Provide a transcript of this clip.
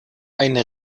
eine